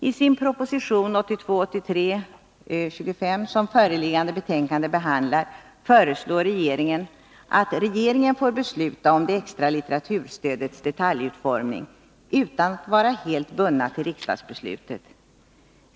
I sin proposition 1982/83:25, som föreliggande betänkande behandlar bl.a., föreslår regeringen att regeringen får besluta om det extra litteraturstödets detaljutformning utan att vara helt bunden till riksdagsbeslutet.